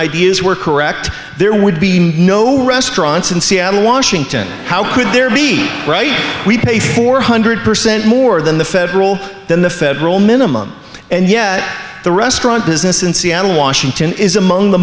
ideas were correct there would be no restaurants in seattle washington how could there be right we pay four hundred percent more than the federal than the federal minimum and yet the restaurant business in seattle washington is among the